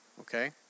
Okay